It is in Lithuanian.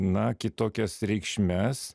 na kitokias reikšmes